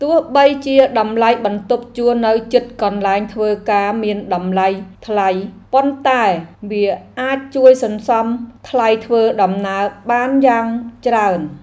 ទោះបីជាតម្លៃបន្ទប់ជួលនៅជិតកន្លែងធ្វើការមានតម្លៃថ្លៃ ប៉ុន្តែវាអាចជួយសន្សំថ្លៃធ្វើដំណើរបានយ៉ាងច្រើន។